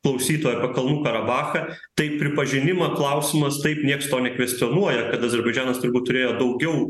klausytojui apie kalnų karabachą tai pripažinimo klausimas taip nieks to kvestionuoja kad azerbaidžanas turbūt turėjo daugiau